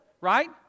right